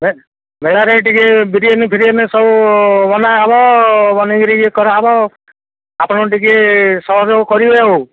ମେଳାରେ ଟିକେ ବିରିୟାନି ଫିରିୟାନି ସବୁ ବନା ହବ ବନେଇକିରିି କରାହବ ଆପଣଙ୍କୁ ଟିକେ ସହଯୋଗ କରିବେ ଆଉ